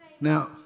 now